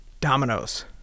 dominoes